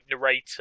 narrator